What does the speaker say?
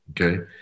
Okay